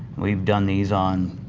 we've done these on